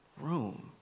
room